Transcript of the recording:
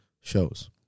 shows